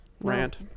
rant